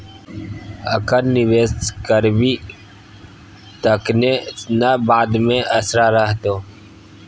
अखन निवेश करभी तखने न बाद मे असरा रहतौ